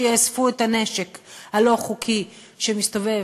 שיאספו את הנשק הלא-חוקי שמסתובב,